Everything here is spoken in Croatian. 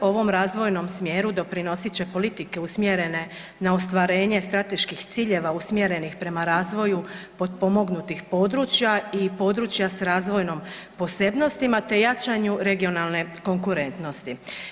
Ovom razvojnom smjeru doprinosit će politike usmjerene na ostvarenje strateških ciljeva usmjerenih prema razvoju potpomognutih područja i područja sa razvojnom posebnostima, te jačanju regionalne konkurentnosti.